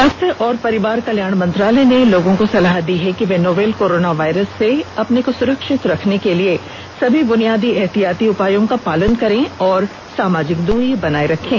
स्वास्थ्य और परिवार कल्याण मंत्रालय ने लोगों को सलाह दी है कि वे नोवल कोरोना वायरस से अपने को सुरक्षित रखने के लिए सभी बुनियादी एहतियाती उपायों का पालन करें और सामाजिक दूरी बनाए रखें